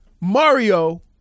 Mario –